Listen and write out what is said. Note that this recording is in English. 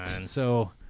So-